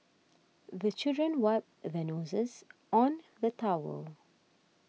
the children wipe their noses on the towel